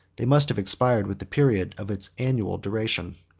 they must have expired with the period of its annual duration.